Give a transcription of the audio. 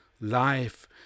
life